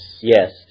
Yes